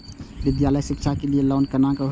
विद्यालय शिक्षा के लिय लोन केना होय ये?